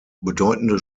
bedeutende